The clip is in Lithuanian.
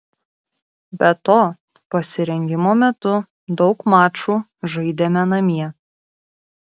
be to pasirengimo metu daug mačų žaidėme namie